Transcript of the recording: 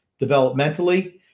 developmentally